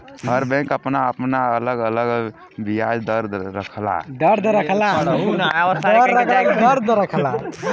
हर bank आपन आपन अलग अलग बियाज दर रखला